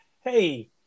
hey